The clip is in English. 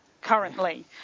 currently